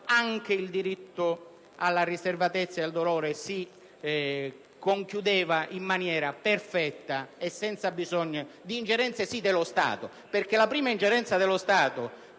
anche il diritto alla riservatezza e al dolore si conchiudeva in maniera perfetta e senza bisogno di particolari